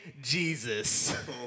Jesus